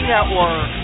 Network